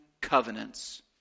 covenants